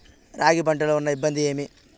రాగి పంటలో ఉన్న ఇబ్బంది ఏమి?